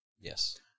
Yes